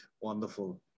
wonderful